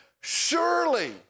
surely